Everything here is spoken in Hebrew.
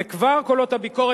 וכבר קולות הביקורת.